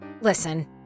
Listen